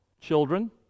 Children